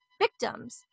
victims